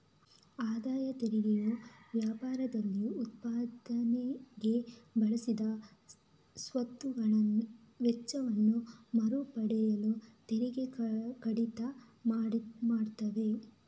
ಆದಾಯ ತೆರಿಗೆಯು ವ್ಯಾಪಾರದಲ್ಲಿ ಉತ್ಪಾದನೆಗೆ ಬಳಸಿದ ಸ್ವತ್ತುಗಳ ವೆಚ್ಚವನ್ನ ಮರು ಪಡೆಯಲು ತೆರಿಗೆ ಕಡಿತ ಮಾಡ್ತವೆ